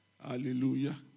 Hallelujah